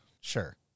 Sure